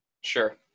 Sure